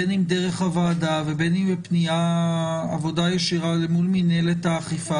בין אם דרך הוועדה ובין אם דרך עבודה ישירה מול מנהלת האכיפה,